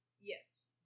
Yes